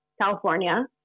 California